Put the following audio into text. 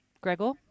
Gregor